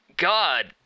God